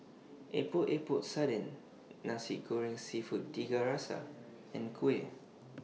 Epok Epok Sardin Nasi Goreng Seafood Tiga Rasa and Kuih